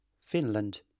Finland